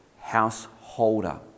householder